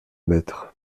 mètres